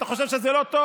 אתה חושב שזה לא טוב?